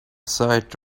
side